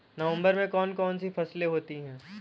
नवंबर में कौन कौन सी फसलें होती हैं?